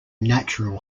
natural